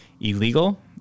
illegal